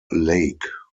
lake